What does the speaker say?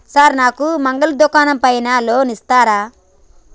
Sir నాకు మంగలి దుకాణం పైన లోన్ ఇత్తరా?